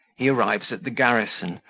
he arrives at the garrison,